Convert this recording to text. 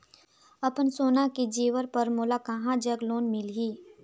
अपन सोना के जेवर पर मोला कहां जग लोन मिलही?